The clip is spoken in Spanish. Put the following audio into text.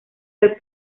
del